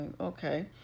okay